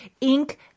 ink